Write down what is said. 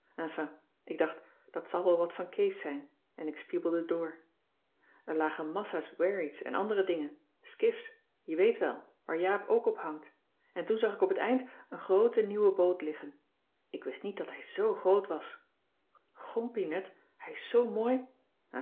enfin ik dacht dat zal wel wat van kees zijn en ik spiebelde door er lagen massa's wherrie's en andere dingen skiffs je weet wel waar jaap ook op hangt en toen zag ik op t eind een groote nieuwe boot liggen ik wist niet dat hij zoo groot was gompie net hij is zoo mooi